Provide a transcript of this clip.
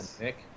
Nick